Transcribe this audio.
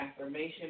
affirmation